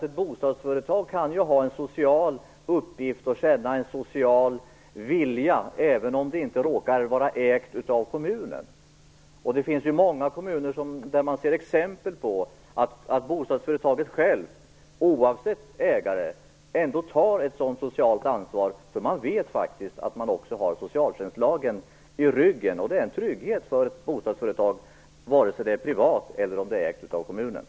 Ett bostadsföretag kan ha en social uppgift och känna en social vilja även om det inte råkar vara ägt av kommunen. Det finns många kommuner där man ser exempel på att bostadsföretaget självt, oavsett ägare, tar ett sådant socialt ansvar. De vet nämligen att de har socialtjänstlagen i ryggen, och det är en trygghet för ett bostadsföretag vare sig det är privat eller kommunägt.